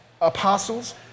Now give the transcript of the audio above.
apostles